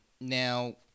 Now